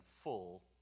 full